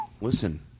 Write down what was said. Listen